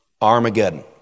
Armageddon